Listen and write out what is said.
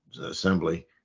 assembly